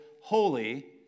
holy